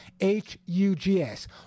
H-U-G-S